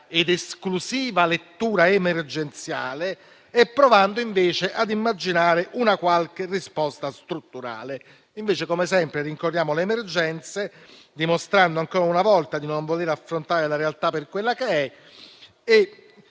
ed esclusiva lettura emergenziale e provando invece ad immaginare una qualche risposta strutturale. Invece, come sempre, rincorriamo le emergenze, dimostrando ancora una volta di non voler affrontare la realtà per quella che è,